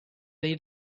they